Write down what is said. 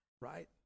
Right